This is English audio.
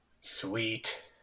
Sweet